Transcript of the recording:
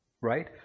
right